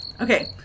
Okay